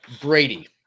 Brady